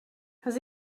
has